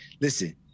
listen